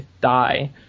die